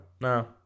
No